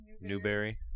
Newberry